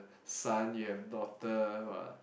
son you have a daughter !wah!